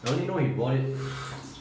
I only know he bought it